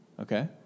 Okay